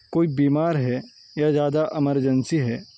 کوئی بیمار ہے یا زیادہ امرجنسی ہے